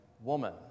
woman